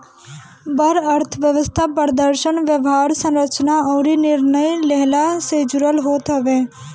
बड़ अर्थव्यवस्था प्रदर्शन, व्यवहार, संरचना अउरी निर्णय लेहला से जुड़ल होत हवे